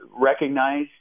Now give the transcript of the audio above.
recognize